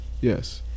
yes